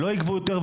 שלא יגבו יותר,